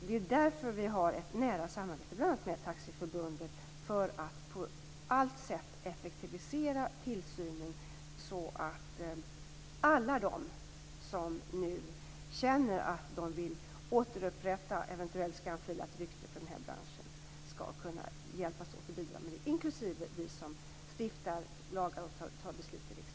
Det är därför vi har ett nära samarbete med bl.a. Taxiförbundet, för att på allt sätt effektivisera tillsynen så att alla de som nu känner att de vill återupprätta ett eventuellt skamfilat rykte för den här branschen skall kunna hjälpas åt och bidra - inklusive vi som stiftar lagar och fattar beslut i riksdagen.